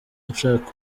ushaka